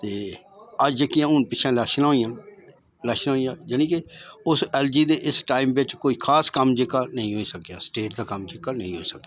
ते अज्ज जेहकियां हून पिच्छें इलेक्शनां होइयां इलेक्शनां होइयां जानि के उस एल जी दे इस टाइम बिच्च कोई खास कम्म जेहका नेईं होई सकेआ स्टेट दा कम्म जेहका नेईं होई सकेआ